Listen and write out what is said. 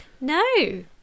No